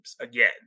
again